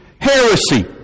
heresy